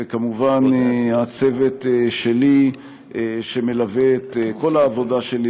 וכמובן הצוות שלי שמלווה את כל העבודה שלי,